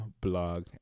blog